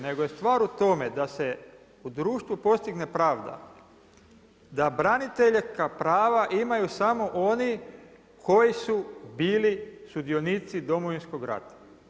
Nego je stvar u tome da se u društvu postigne pravda da braniteljska prava imaju samo oni koji su bili sudionici Domovinskog rata.